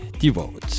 Devote